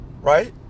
right